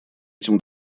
этим